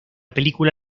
película